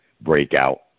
Breakout